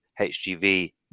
HGV